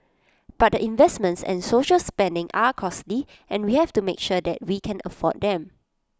but the investments and social spending are costly and we have to make sure that we can afford them